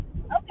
Okay